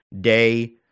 day